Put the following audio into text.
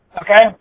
okay